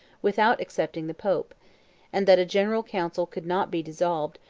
without excepting the pope and that a general council could not be dissolved,